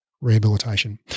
Rehabilitation